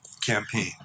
campaign